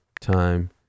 time